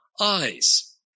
eyes